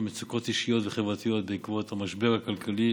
מצוקות אישיות וחברתיות בעקבות המשבר הכלכלי